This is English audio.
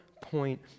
point